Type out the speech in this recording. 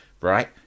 right